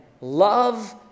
love